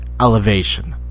Elevation